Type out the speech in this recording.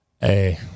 hey